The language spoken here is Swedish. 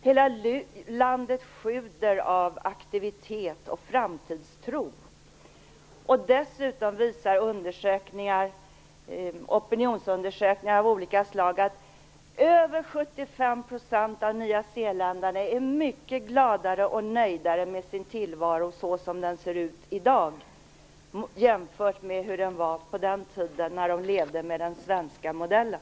Hela landet sjuder av aktivitet och framtidstro. Dessutom visar opinionsundersökningar av olika slag att över 75 % av nyzeeländarna är mycket gladare och nöjdare med sin tillvaro såsom den ser ut i dag, jämfört med hur den var på den tiden när de levde med den svenska modellen.